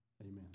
Amen